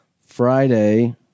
Friday